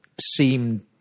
seem